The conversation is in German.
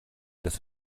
das